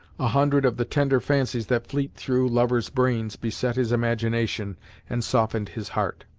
a hundred of the tender fancies that fleet through lovers' brains beset his imagination and softened his heart.